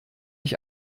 ich